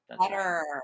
better